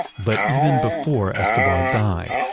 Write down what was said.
but even before escobar died,